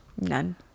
None